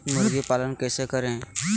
मुर्गी पालन कैसे करें?